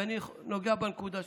ואני נוגע בנקודה שהבאת.